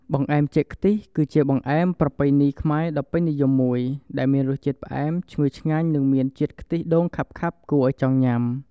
បង្អែមចេកខ្ទិះ គឺជាបង្អែមប្រពៃណីខ្មែរដ៏ពេញនិយមមួយ ដែលមានរសជាតិផ្អែម ឈ្ងុយឆ្ងាញ់ និងមានជាតិខ្ទិះដូងខាប់ៗគួរឱ្យចង់ញ៉ាំ។